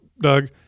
Doug